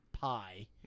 pie